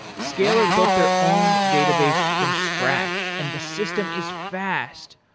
scalyr built their own database from scratch and the system is fast.